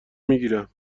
میگیرم